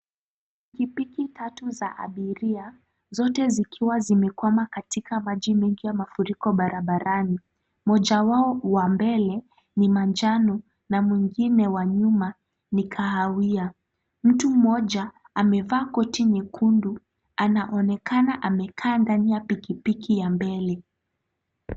Pikipiki tatu za abiria, zote zikiwa zimekwama katika maji mingi ya mafuriko barabarani. Mmoja wao wa mbele ni manjano na mwingine wa nyuma ni kahawia. Mtu mmoja amevaa koti nyekundu anaonekana amekaa ndani ya pikipiki ya mbele.